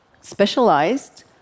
specialized